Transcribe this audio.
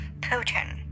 Putin